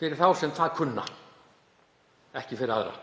fyrir þá sem það kunna, ekki fyrir aðra.